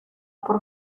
por